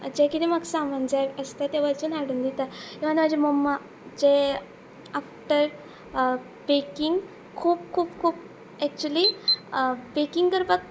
जे कितें म्हाका सामान जाय आसता ते वचून हाडून दिता किंवां म्हजे मम्मा जे आफ्टर बॅकींग खूब खूब खूब एक्चुली बॅकिंग करपाक